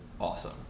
awesome